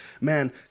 man